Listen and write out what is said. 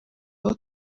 aho